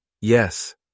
Yes